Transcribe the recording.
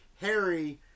Harry